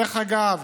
דרך אגב,